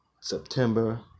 September